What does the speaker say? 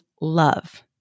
love